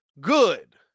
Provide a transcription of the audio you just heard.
good